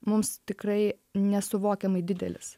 mums tikrai nesuvokiamai didelis